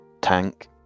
tank